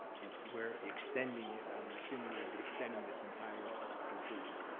if we're extending it, i'm assuming we'd be extending this entire procedure,